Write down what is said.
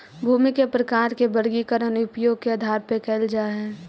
भूमि के प्रकार के वर्गीकरण उपयोग के आधार पर कैल जा हइ